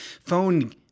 phone